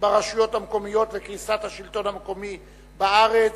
ברשויות מקומיות וקריסת השלטון המקומי בארץ.